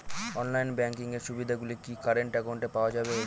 Online banking এর সুবিধে গুলি কি কারেন্ট অ্যাকাউন্টে পাওয়া যাবে?